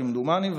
כמדומני,